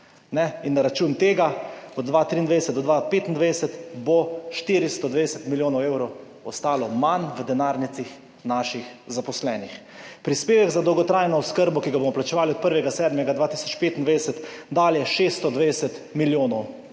In na račun tega bo od 2023 do 2025 420 milijonov evrov ostalo manj v denarnicah naših zaposlenih. Prispevek za dolgotrajno oskrbo, ki ga bomo plačevali od 1. 7. 2025 dalje, bo 620 milijonov.